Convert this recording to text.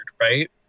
right